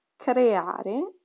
creare